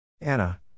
Anna